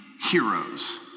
heroes